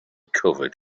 covered